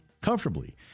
comfortably